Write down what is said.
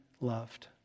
loved